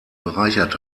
bereichert